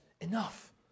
enough